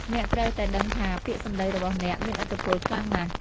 អ្នកត្រូវតែដឹងថា ពាក្យសម្ដីរបស់អ្នកមានឥទ្ធិពលខ្លាំងណាស់។